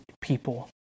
people